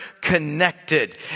connected